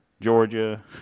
Georgia